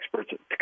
experts